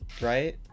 right